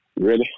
ready